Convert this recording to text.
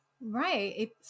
Right